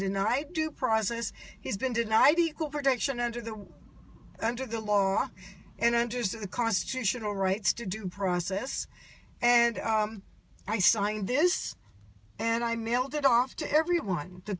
denied due process he's been denied equal protection under the under the law and i understood the constitutional rights to due process and i signed this and i mailed it off to everyone the